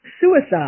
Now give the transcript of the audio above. suicide